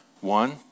One